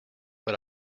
but